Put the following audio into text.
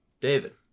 David